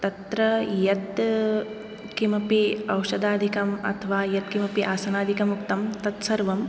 तत्र यत् किमपि औषधादिकम् अथवा यत्किमपि आसनादिकम् उक्तं तत्सर्वम्